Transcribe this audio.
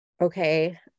okay